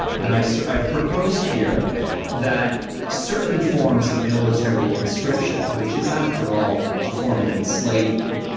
and i've so i've proposed here that certain forms of military conscription, which is, after all, a form of enslavement,